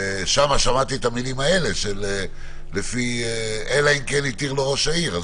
ושם שמעתי את המילים האלה: "אלא אם כן התיר לו ראש העיר".